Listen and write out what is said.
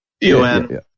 UN